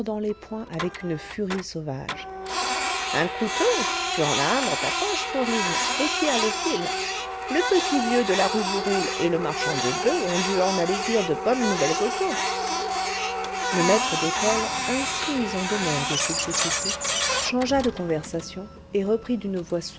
les poings avec une furie sauvage un couteau tu en as un dans ta poche fourline et qui a le fil le petit vieux de la rue du roule et le marchand de boeufs ont dû en aller dire de bonnes nouvelles aux taupes le maître d'école ainsi mis en demeure de s'exécuter changea de conversation et reprit d'une voix